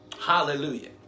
Hallelujah